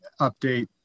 update